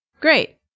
Great